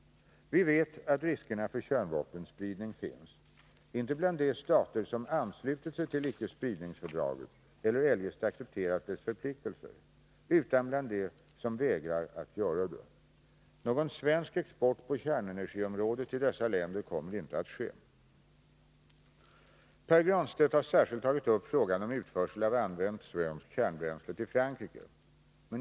Vi vet att riskerna för kärnvapenspridning finns, inte bland de stater som anslutit sig till icke-spridningsfördraget eller eljest accepterar dess förpliktelser, utan bland dem som vägrar att göra det. Någon svensk export på kärnenergiområdet till dessa länder kommer inte att ske. Pär Granstedt har särskilt tagit upp frågan om utförsel av använt svenskt kärnbränsle till Frankrike.